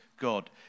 God